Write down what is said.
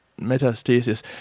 metastasis